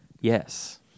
Yes